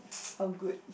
how good